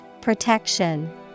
Protection